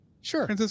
sure